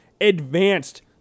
advanced